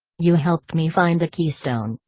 you helped me find the keystone,